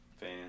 fan